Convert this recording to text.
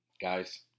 Guys